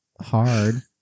hard